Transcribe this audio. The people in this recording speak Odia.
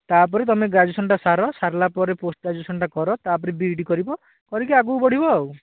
ତା'ପରେ ତୁମେ ଗ୍ରାଜୁଏସନ୍ଟା ସାର ସାରିଲା ପରେ ପୋଷ୍ଟ ଗ୍ରାଜୁଏସନ୍ଟା କର ତା'ପରେ ବି ଇ ଡ଼ି କରିବ କରିକି ଆଗକୁ ବଢ଼ିବ ଆଉ